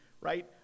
right